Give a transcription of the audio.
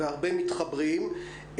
והרבה מתחברים.